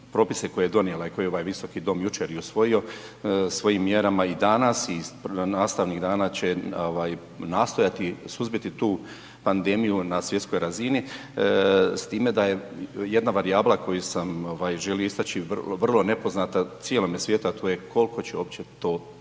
propise koje je donijela i koje je ovaj Visoki dom jučer i usvojio, svojim mjerama i danas i nastavnih dana će nastojati suzbiti tu pandemiju na svjetskoj razini s time da je jedna varijabla koju sam želio istaći vrlo nepoznata cijelome svijetu, a to je koliko će uopće to trajati.